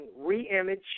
Reimage